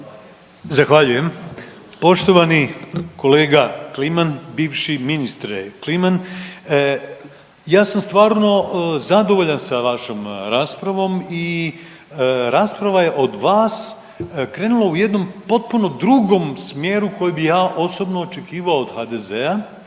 Zahvaljujem. Poštovani kolega Kliman, bivši ministre Kliman, ja sam stvarno zadovoljan sa vašom raspravom i rasprava je od vas krenula u jednom potpuno drugom smjeru koji bi ja osobno očekivao od HDZ-a